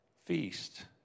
Feast